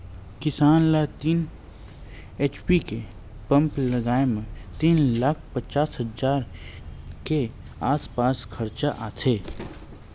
किसान ल तीन एच.पी के पंप लगाए म तीन लाख पचास हजार के आसपास खरचा आथे